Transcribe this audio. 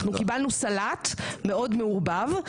אנחנו קיבלנו סלט מאוד מעורבב.